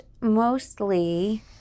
mostly